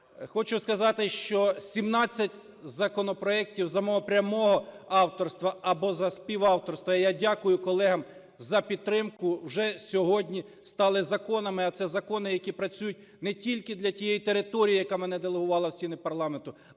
Хочу сказати, що 17 законопроектів за мого прямого авторства або за співавторства – я дякую колегам за підтримку – вже сьогодні стали законами, а це закони, які працюють не тільки для тієї території, яка мене делегувала в стіни парламенту,